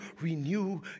renew